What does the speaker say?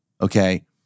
okay